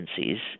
agencies